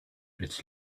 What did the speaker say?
its